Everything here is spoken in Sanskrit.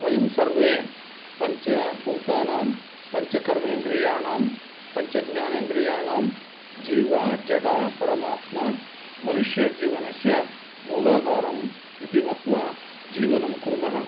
वयं सर्वे पञ्चभूतानां पञ्चकर्मेन्द्रीयाणां पञ्चज्ञानेन्द्रीयाणां जीवजडपरमात्ममनुष्यजीवनस्य मूलाधारम् इति मत्वा जीवनं कुर्म